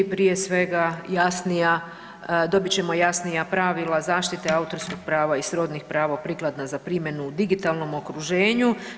Prije svega jasnija, dobit ćemo jasnija pravila zaštite autorskog prava i srodnih prava prikladna za primjenu u digitalnom okruženju.